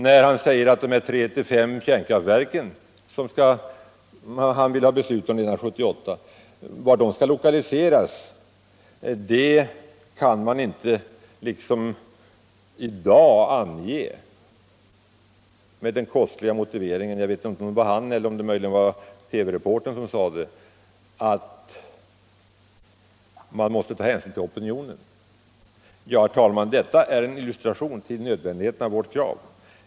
Han sade där att han inte kunde ange lokaliseringen för de tre-fem kärnkraftverk, som han ville ha beslut om innan 1978, med den kostliga motiveringen — eller var det möjligen TV-reportern som sade det? — att man måste ta hänsyn till opinionen. Det är en illustration till nödvändigheten av vårt krav.